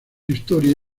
historia